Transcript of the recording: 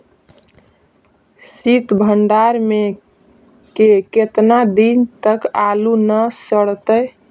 सित भंडार में के केतना दिन तक आलू न सड़तै?